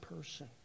person